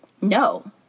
no